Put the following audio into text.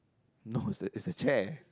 no it's it's a chair